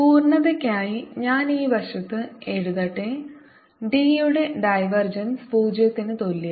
പൂർണ്ണതയ്ക്കായി ഞാൻ ഈ വശത്ത് എഴുതട്ടെ D യുടെ ഡൈവർജൻസ് 0 ന് തുല്യവും